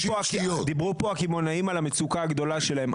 דיברו פה הקמעונאים על המצוקה הגדולה שלהם,